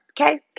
Okay